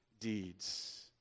deeds